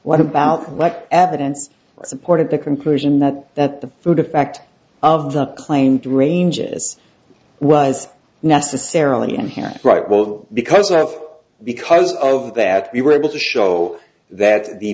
what about what evidence supported the conclusion that that the food effect of the claimed ranges was necessarily inherent right well because of because of that we were able to show that the